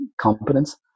competence